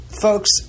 folks